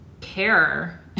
care